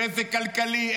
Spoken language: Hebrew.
איזה מסר כלכלי?